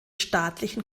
staatlichen